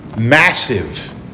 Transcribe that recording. massive